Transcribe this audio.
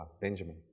Benjamin